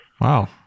Wow